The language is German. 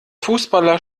fußballer